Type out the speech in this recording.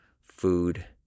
food